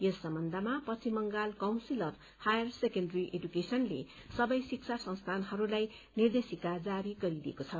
यस सम्बन्धमा Paschim Bengal council of higher secondary एडुकेशनले सबै शिक्षा संस्थानहरूलाई निर्देशिका जारी गरिदिएको छ